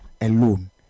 alone